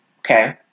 Okay